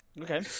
Okay